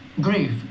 grief